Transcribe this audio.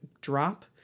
drop